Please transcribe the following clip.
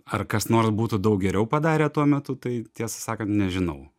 ar kas nors būtų daug geriau padarę tuo metu tai tiesą sakant nežinau